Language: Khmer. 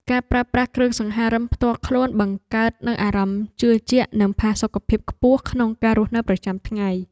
ការប្រើប្រាស់គ្រឿងសង្ហារិមផ្ទាល់ខ្លួនបង្កើតនូវអារម្មណ៍ជឿជាក់និងផាសុកភាពខ្ពស់ក្នុងការរស់នៅប្រចាំថ្ងៃ។